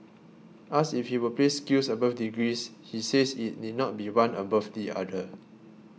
asked if he would place skills above degrees he says it need not be one above the other